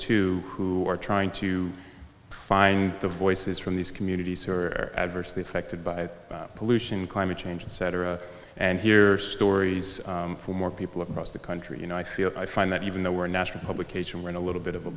too who are trying to find the voices from these communities who are adversely affected by pollution climate change and cetera and hear stories from more people across the country you know what i find that even though we're national publication we're in a little bit of a